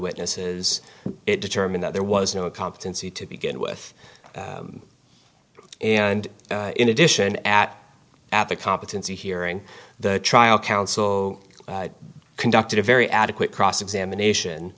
witnesses it determined that there was no competency to begin with and in addition at at the competency hearing the trial counsel conducted a very adequate cross examination